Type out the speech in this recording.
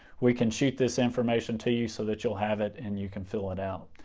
we can shoot this information to you so that you'll have it and you can fill it out.